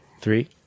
Three